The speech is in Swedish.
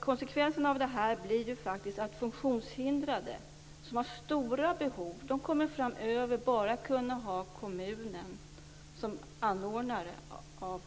Konsekvensen blir faktiskt att funktionshindrade som har stora behov kommer bara att kunna ha kommunen som anordnare av